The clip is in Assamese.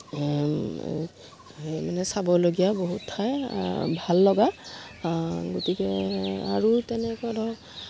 হেৰি মানে চাবলগীয়া বহুত ঠাই ভাল লগা গতিকে আৰু তেনেকুৱা ধৰক